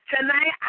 tonight